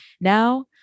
Now